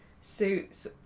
suits